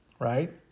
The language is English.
right